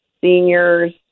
seniors